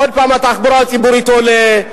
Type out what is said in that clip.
עוד פעם הנסיעה בתחבורה הציבורית מתייקרת,